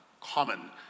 common